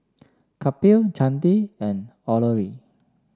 Kapil Chandi and Alluri